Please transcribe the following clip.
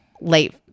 late